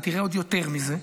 אתה תראה עוד יותר מזה,